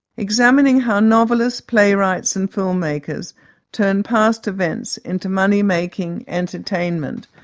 examining how novelists, playwrights and filmmakers turn past events into money-making entertainment,